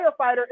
firefighter